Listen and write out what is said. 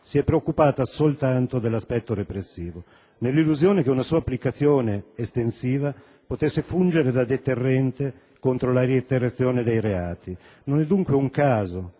si è preoccupata soltanto dell'aspetto repressivo, nell'illusione che una sua applicazione estensiva potesse fungere da deterrente contro la reiterazione dei reati. Non è dunque un caso